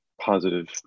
positive